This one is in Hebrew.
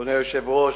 אדוני היושב-ראש,